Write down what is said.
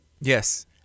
Yes